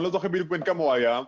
אני לא זוכר בדיוק בן כמה הוא היה,